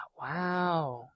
Wow